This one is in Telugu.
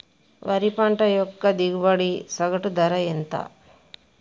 వరి పంట యొక్క దిగుబడి సగటు ధర ఎంత?